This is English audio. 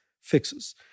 fixes